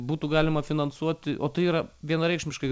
būtų galima finansuoti o tai yra vienareikšmiškai